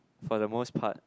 for the most part